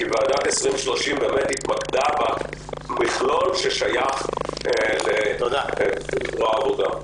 כי ועדת 2030 התמקדה במכלול ששייך לזרוע העבודה.